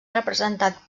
representat